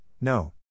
no